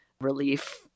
relief